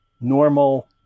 normal